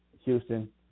Houston